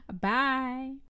bye